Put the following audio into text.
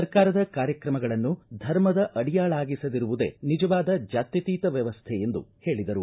ಸರ್ಕಾರದ ಕಾರ್ಯಕ್ರಮಗಳನ್ನು ಧರ್ಮದ ಅಡಿಯಾಳಾಗಿಸದಿರುವುದೇ ನಿಜವಾದ ಜಾತ್ಯತೀತ ವ್ಯವಸ್ಥೆ ಎಂದು ಹೇಳಿದರು